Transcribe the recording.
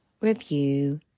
review